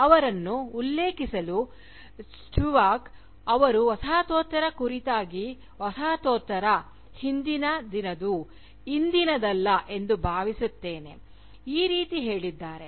ಅವರನ್ನು ಉಲ್ಲೇಖಿಸಲು ಸ್ಪಿವಾಕ್ ಅವರು ವಸಾಹತೋತ್ತರ ಕುರಿತಾಗಿ ವಸಾಹತೋತ್ತರ ಹಿಂದಿನ ದಿನದು ಇಂದಿನದಲ್ಲ ಎಂದು ನಾನು ಭಾವಿಸುತ್ತೇನೆ ಈ ರೀತಿ ಹೇಳಿದ್ದಾರೆ